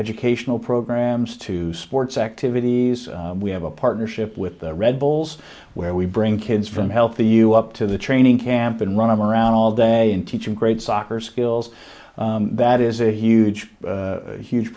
educational programs to sports activities we have a partnership with the red bulls where we bring kids from healthy you up to the training camp and running around all day and teaching great soccer skills that is a huge huge